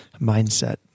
mindset